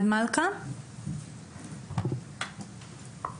שלנו, בבקשה.